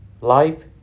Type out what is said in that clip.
life